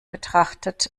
betrachtet